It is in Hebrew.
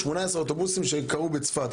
18 אוטובוסים שנשרפו בצפת.